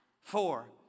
four